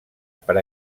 per